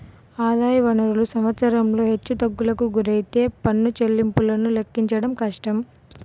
ఆదాయ వనరులు సంవత్సరంలో హెచ్చుతగ్గులకు గురైతే పన్ను చెల్లింపులను లెక్కించడం కష్టం